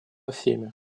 всеми